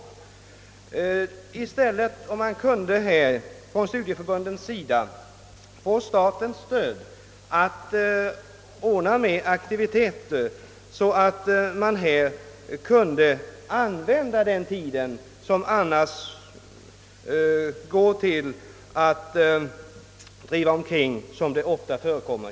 Mycket skulle vara vunnet om studieförbunden i stället kunde få statens stöd för att ordna med aktiviteter, så att håltimmarna kunde utnyttjas på rätt sätt. De går nu ofta åt till att bara driva omkring.